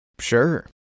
Sure